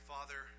Father